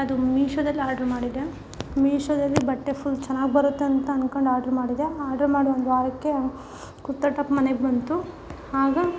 ಅದು ಮೀಶೊದಲ್ಲಿ ಆಡ್ರು ಮಾಡಿದ್ದೆ ಮೀಶೊದಲ್ಲಿ ಬಟ್ಟೆ ಫುಲ್ ಚೆನ್ನಾಗಿ ಬರುತ್ತಂತ ಅನ್ಕೊಂಡು ಆಡ್ರು ಮಾಡಿದ್ದೆ ಆಡ್ರು ಮಾಡಿ ಒಂದು ವಾರಕ್ಕೆ ಕುರ್ತಾ ಟಾಪ್ ಮನೆಗೆ ಬಂತು ಆಗ